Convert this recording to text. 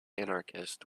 anarchist